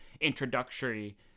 introductory